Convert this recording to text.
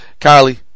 Kylie